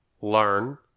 learn